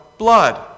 Blood